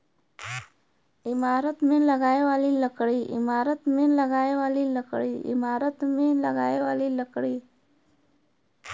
ईमारत मे लगाए वाली लकड़ी